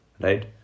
right